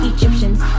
Egyptians